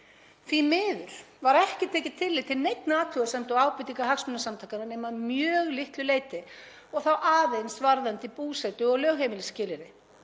miður var ekki tekið tillit til neinna athugasemda og ábendinga hagsmunasamtakanna nema að mjög litlu leyti og þá aðeins varðandi búsetu- og lögheimilisskilyrði.